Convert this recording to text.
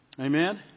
amen